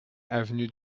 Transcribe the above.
avenue